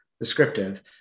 descriptive